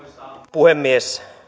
puhemies